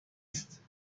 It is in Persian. است